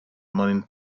morning